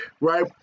right